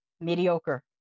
mediocre